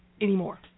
anymore